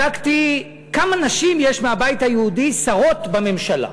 בדקתי כמה נשים מהבית היהודי שׂרות בממשלה.